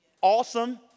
Awesome